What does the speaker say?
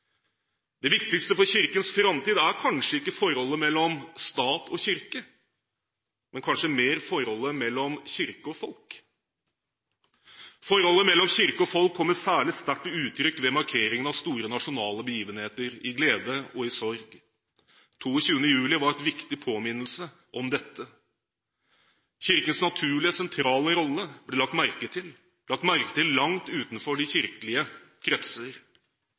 Det viktigste for Kirkens framtid er kanskje ikke forholdet mellom stat og kirke, men mer forholdet mellom kirke og folk. Forholdet mellom kirke og folk kommer særlig sterkt til uttrykk ved markeringen av store nasjonale begivenheter – i glede og i sorg. 22. juli var en viktig påminnelse om dette. Kirkens naturlige sentrale rolle ble lagt merke til, lagt merke til langt utenfor de kirkelige kretser.